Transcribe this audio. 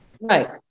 Right